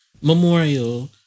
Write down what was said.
memorial